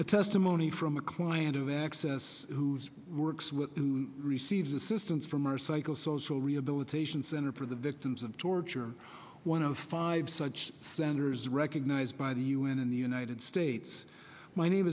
a testimony from a client of access whose works with receives assistance from our psychosocial rehabilitation center for the victims of torture one of five such standers recognized by the un in the united states my name